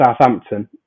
Southampton